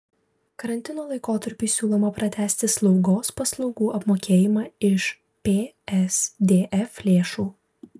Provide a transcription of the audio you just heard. karantino laikotarpiui siūloma pratęsti slaugos paslaugų apmokėjimą iš psdf lėšų